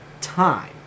time